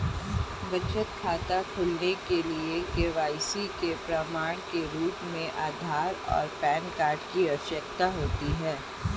बचत खाता खोलने के लिए के.वाई.सी के प्रमाण के रूप में आधार और पैन कार्ड की आवश्यकता होती है